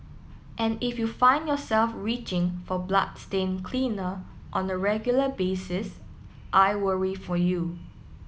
and if you find yourself reaching for bloodstain cleaner on a regular basis I worry for you